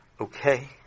Okay